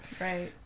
right